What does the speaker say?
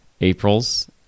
April's